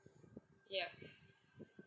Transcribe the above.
ya